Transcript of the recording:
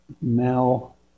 Mel